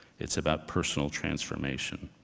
it's about personal transformation.